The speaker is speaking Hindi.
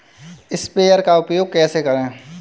स्प्रेयर का उपयोग कैसे करें?